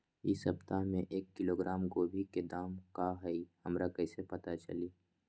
इ सप्ताह में एक किलोग्राम गोभी के दाम का हई हमरा कईसे पता चली?